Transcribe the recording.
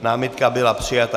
Námitka byla přijata.